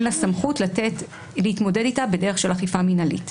סמכות להתמודד אתם בדרך של אכיפה מנהלית.